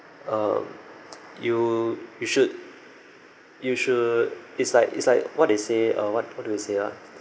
uh you you should you should it's like it's like what they say uh what what do we say ah